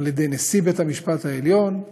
על ידי נשיא בית-המשפט העליון,